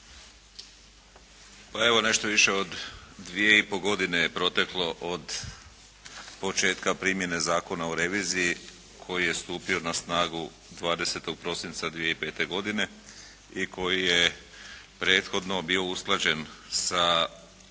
Pa evo nešto više od 2,5 godine je proteklo od početka primjene Zakona o reviziji koji je stupio na snagu 20. prosinca 2005. godine i koji je prethodno bio usklađen sa